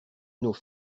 nos